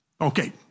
Okay